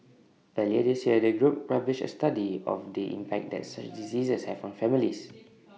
earlier this year the group published A study of the impact that such diseases have on families